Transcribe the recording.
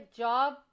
job